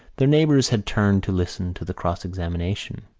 their neighbours had turned to listen to the cross-examination.